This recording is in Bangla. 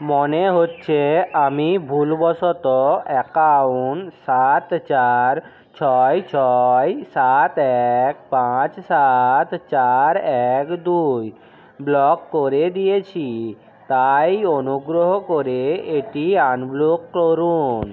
মনে হচ্ছে আমি ভুলবশত অ্যাকাউন্ট সাত চার ছয় ছয় সাত এক পাঁচ সাত চার এক দুই ব্লক করে দিয়েছি তাই অনুগ্রহ করে এটি আনব্লক করুন